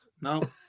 No